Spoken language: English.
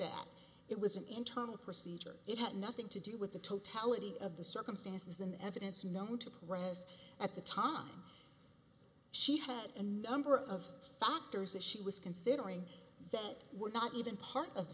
at it was an internal procedure it had nothing to do with the totality of the circumstances and the evidence known to rest at the time she had a number of factors that she was considering that were not even part of the